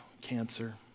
cancer